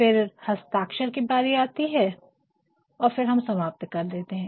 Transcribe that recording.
और फिर हस्ताक्षर की बारी आती है और फिर हम समाप्त कर देते है